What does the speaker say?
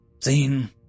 seen